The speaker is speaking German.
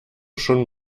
schon